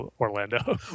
Orlando